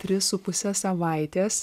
tris su puse savaitės